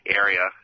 area